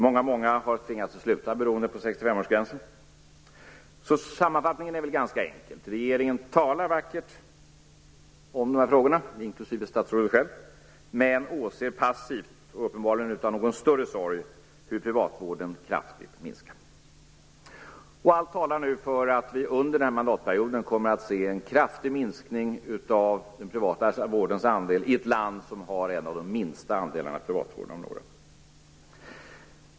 Många privatläkare har tvingats att sluta beroende på 65 Sammanfattningen är alltså ganska enkel: Regeringen, inklusive statsrådet, talar vackert om dessa frågor, men man åser passivt - uppenbarligen utan någon större sorg - hur privatvården kraftigt minskar. Allt talar för att vi under denna mandatperiod kommer att se en stor minskning av den privata vårdens andel - och detta i ett land som redan har en av de minsta andelarna privatvård.